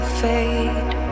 fade